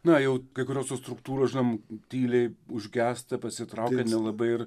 na jau kai kurios struktūros žinom tyliai užgęsta pasitraukia nelabai ir